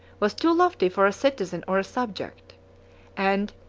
was too lofty for a citizen or a subject and,